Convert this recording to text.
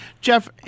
Jeff